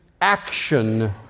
action